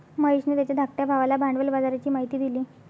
महेशने त्याच्या धाकट्या भावाला भांडवल बाजाराची माहिती दिली